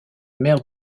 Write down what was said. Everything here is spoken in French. mère